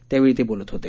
त्यावेळी ते बोलत होते